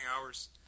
hours